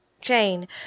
chain